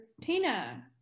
Tina